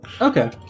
Okay